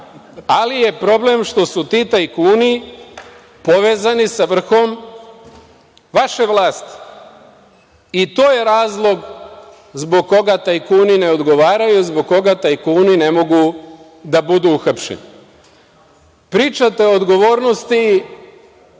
ali je problem što su ti tajkuni povezani sa vrhom vaše vlasti i to je razlog zbog koga tajkuni ne odgovaraju, zbog koga tajkuni ne mogu da budu uhapšeni. Pričate o odgovornosti